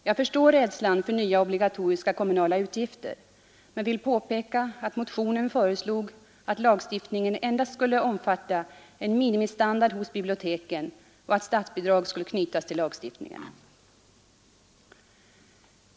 Jag förstår rädslan för nya obligatoriska kommunala utgifter men vill påpeka att motionen föreslog att lagstiftningen endast skulle omfatta en minimistandard hos biblioteken och att statsbidrag skulle knytas till lagstiftningen.